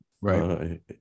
right